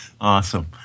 awesome